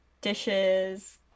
dishes